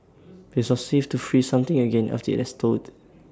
IT is not safe to freeze something again after IT has thawed